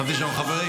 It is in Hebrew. חשבתי שאנחנו חברים.